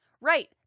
Right